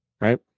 right